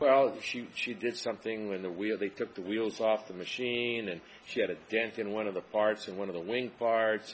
well she she did something with the wheel they took the wheels off the machine and she had a dent in one of the parts and one of the link parts